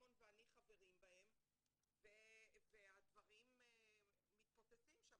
ששמעון ואני חברים בהם והדברים מתפוצצים שם.